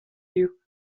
you